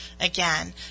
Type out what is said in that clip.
Again